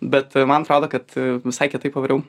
bet tai man atrodo kad visai kitaip pavariau